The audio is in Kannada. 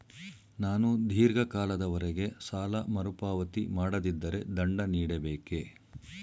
ನಾನು ಧೀರ್ಘ ಕಾಲದವರೆ ಸಾಲ ಮರುಪಾವತಿ ಮಾಡದಿದ್ದರೆ ದಂಡ ನೀಡಬೇಕೇ?